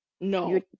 no